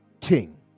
king